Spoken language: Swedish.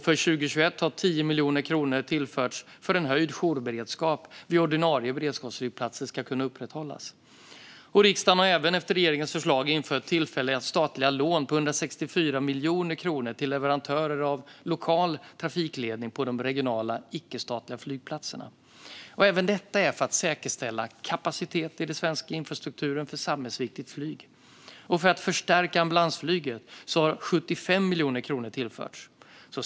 För 2021 har 10 miljoner kronor tillförts för att höjd jourberedskap vid de ordinarie beredskapsflygplatserna ska kunna upprätthållas. Riksdagen har även, efter regeringens förslag, infört tillfälliga statliga lån om 164 miljoner kronor till leverantörer av lokal trafikledning på de regionala icke-statliga flygplatserna. Även detta är för att säkerställa kapacitet i den svenska infrastrukturen för samhällsviktigt flyg. För att förstärka ambulansflyget har 75 miljoner kronor tillförts.